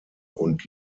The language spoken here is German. und